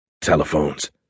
Telephones